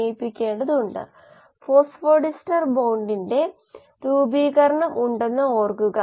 വളർച്ചാ പ്രക്രിയകളുമായി താരതമ്യപ്പെടുത്തുമ്പോൾ ഇൻട്രാസെല്ലുലാർ മെറ്റബോളിറ്റുകൾ സ്ഥിരമായ അവസ്ഥയിലാണെന്ന് അനുമാനിക്കാം